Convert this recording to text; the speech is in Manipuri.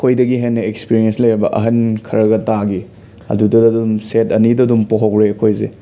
ꯑꯩꯈꯣꯏꯗꯒꯤ ꯍꯦꯟꯅ ꯑꯦꯛꯁꯄꯤꯔꯦꯟꯁ ꯂꯩꯔꯕ ꯑꯍꯟ ꯈꯔꯒ ꯇꯥꯈꯤ ꯑꯗꯨꯗ ꯑꯗꯨꯝ ꯁꯦꯠ ꯑꯅꯤꯗ ꯑꯗꯨꯝ ꯄꯣꯍꯧꯔꯦ ꯑꯩꯈꯣꯏꯖꯦ